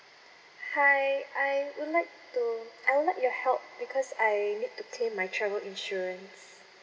hi I would like to I would like your help because I need to claim my travel insurance